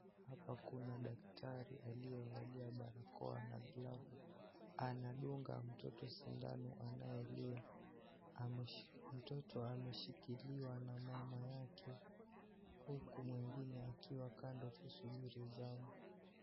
Hapa kuna daktari aliyevalia barakoa na glavu anadunga mtoto sindano anayelia. Mtoto ameshikiliwa na mama yake huku mwingine akiwa Kando kusubiri samu.